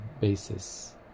basis